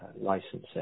licensing